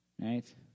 Right